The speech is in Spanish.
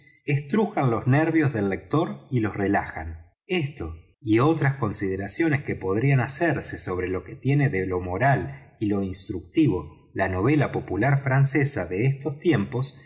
estrujan los nervios del lector y los relajan esto y otras consideraciones que podrían hacerse sobre lo que tíeno da lo moral y lo instructivo la novela popular francesa de estos tiempos